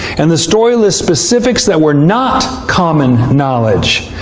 and the story lists specifics that were not common knowledge,